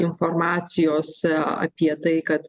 informacijos apie tai kad